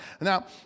now